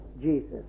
Jesus